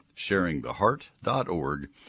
SharingTheHeart.org